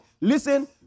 Listen